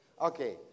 Okay